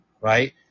Right